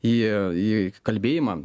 į į kalbėjimą